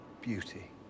beauty